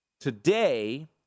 today